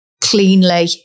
cleanly